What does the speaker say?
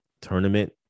tournament